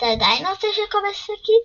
"אתה עדיין רוצה שוקו בשקית?"